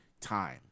time